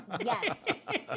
yes